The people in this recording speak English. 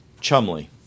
Chumley